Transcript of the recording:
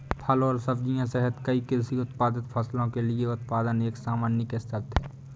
फल और सब्जियां सहित कई कृषि उत्पादित फसलों के लिए उत्पादन एक सामान्यीकृत शब्द है